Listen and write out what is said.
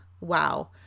wow